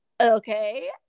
okay